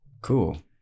cool